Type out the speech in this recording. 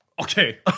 Okay